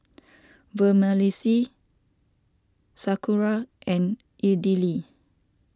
Vermicelli Sauerkraut and Idili